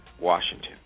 Washington